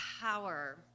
power